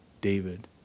David